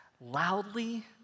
loudly